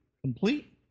complete